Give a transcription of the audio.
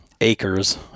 acres